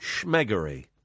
Schmeggery